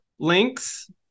links